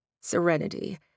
Serenity